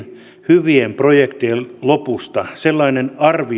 hyvien projektien lopusta sellainen arvio